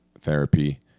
therapy